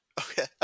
Okay